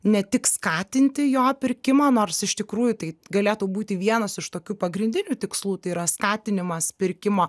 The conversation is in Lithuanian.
ne tik skatinti jo pirkimą nors iš tikrųjų tai galėtų būti vienas iš tokių pagrindinių tikslų tai yra skatinimas pirkimo